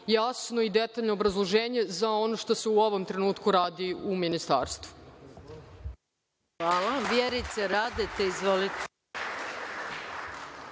jasno i detaljno obrazloženje za ono što se u ovom trenutku radi u ministarstvu.